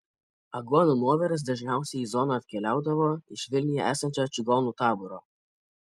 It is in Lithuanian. aguonų nuoviras dažniausiai į zoną atkeliaudavo iš vilniuje esančio čigonų taboro